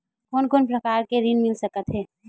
कोन कोन प्रकार के ऋण मिल सकथे?